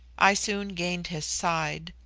i soon gained his side.